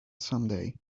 someday